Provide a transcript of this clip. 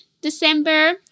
december